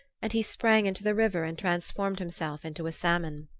and he sprang into the river and transformed himself into a salmon.